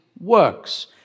works